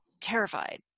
terrified